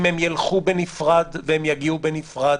אם הם יילכו בנפרד ויגיעו בנפרד,